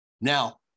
Now